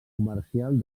comercial